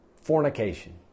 Fornication